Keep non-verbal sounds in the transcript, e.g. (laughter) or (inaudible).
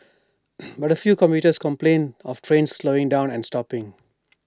(noise) but A few commuters complained of trains slowing down and stopping